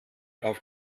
auf